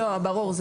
ברור.